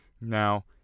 Now